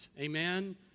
Amen